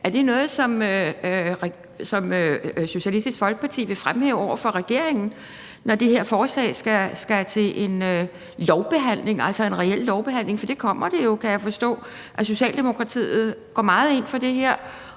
Er det noget, som Socialistisk Folkeparti vil fremhæve over for regeringen, når det her forslag skal til en lovbehandling, altså en reel lovbehandling, for det kommer det jo. Jeg kan forstå, at Socialdemokratiet går meget ind for det her,